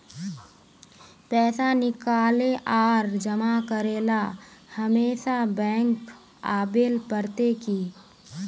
पैसा निकाले आर जमा करेला हमेशा बैंक आबेल पड़ते की?